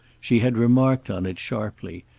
she had remarked on it sharply,